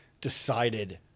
decided